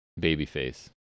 Babyface